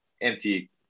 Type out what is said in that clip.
empty